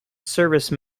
service